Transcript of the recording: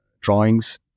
drawings